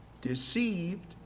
deceived